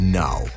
now